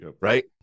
right